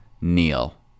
Neil